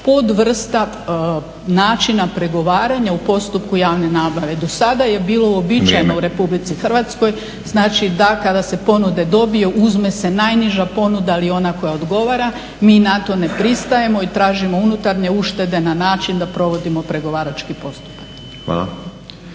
podvrsta načina pregovaranja u postupku javne nabave. Do sada je bilo… … /Upadica Stazić: Vrijeme./ …… uobičajeno u RH, znači da kada se ponuda dobije, uzme se najniža ponuda, ali ona koja odgovara. Mi na to ne pristajemo i tražimo unutarnje uštede na način da provodimo pregovarački postupak.